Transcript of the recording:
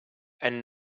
and